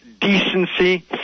decency